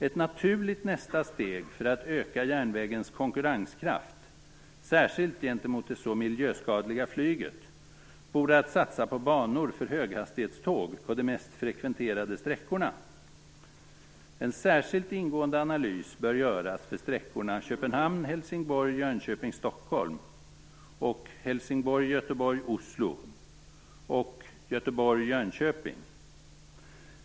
Ett naturligt nästa steg för att öka järnvägens konkurrenskraft, särskilt gentemot det så miljöskadliga flyget, vore att satsa på banor för höghastighetståg på de mest frekventerade sträckorna. En särskilt ingående analys bör göras för sträckorna Köpenhamn Göteborg-Oslo och Göteborg-Jönköping.